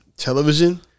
television